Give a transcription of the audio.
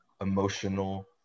Emotional